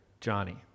Johnny